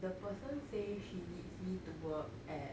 the person say she needs me to work at